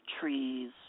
trees